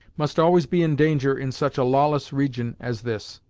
must always be in danger in such a lawless region as this.